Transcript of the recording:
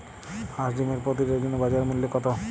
হাঁস ডিমের প্রতি ডজনে বাজার মূল্য কত?